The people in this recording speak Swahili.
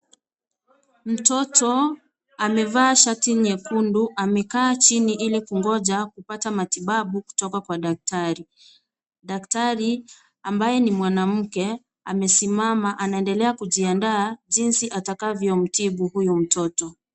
Mtoto, amevaa shati nyekundu, amekaa chini ili kungoja kupata matibabu kutoka kwa daktari, daktari ambaye ni mwanamke amesimama anaendelea kujiandaa jinsi atakavyomtibu huyu mtoto.